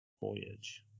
voyage